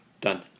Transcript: done